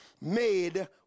made